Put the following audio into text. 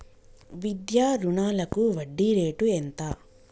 విద్యా రుణాలకు వడ్డీ రేటు ఎంత?